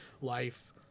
life